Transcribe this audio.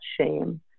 shame